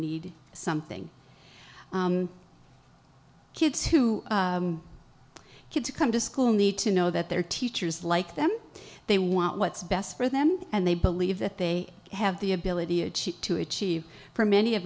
need something kids who get to come to school need to know that their teachers like them they want what's best for them and they believe that they have the ability to achieve for many of